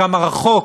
כמה רחוק,